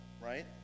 right